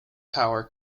power